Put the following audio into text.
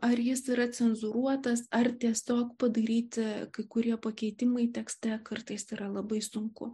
ar jis yra cenzūruotas ar tiesiog padaryti kai kurie pakeitimai tekste kartais yra labai sunku